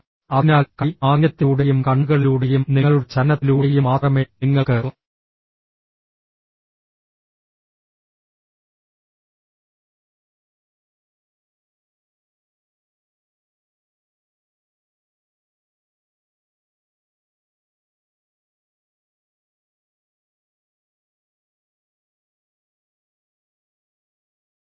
അതിനാൽ കൈ ആംഗ്യത്തിലൂടെയും കണ്ണുകളിലൂടെയും നിങ്ങളുടെ ചലനത്തിലൂടെയും മാത്രമേ നിങ്ങൾക്ക് മറ്റേ വ്യക്തിയുമായി എന്തെങ്കിലും ആശയവിനിമയം നടത്താൻ കഴിയൂ നിങ്ങൾ നിർത്തുകയാണെങ്കിലും എന്നെ പിന്തുടരുകയാണെങ്കിലും നീങ്ങുകയാണെങ്കിലും നിങ്ങൾക്ക് പിന്നിൽ ചില അപകടങ്ങളുണ്ട്